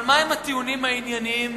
אבל מהם הטיעונים הענייניים